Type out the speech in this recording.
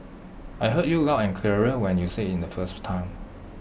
I heard you loud and clear when you said IT the first time